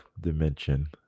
dimension